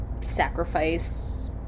sacrifice